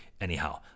Anyhow